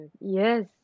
Yes